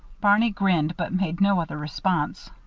barney grinned, but made no other response.